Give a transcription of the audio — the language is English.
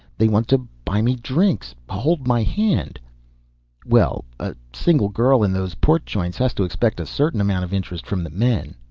they want to buy me drinks, hold my hand well, a single girl in those port joints has to expect a certain amount of interest from the men.